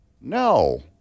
No